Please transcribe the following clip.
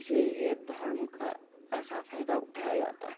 इसी लिए धर्म का ऐसा फ़ायदा उठाया जाता है